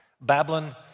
Babylon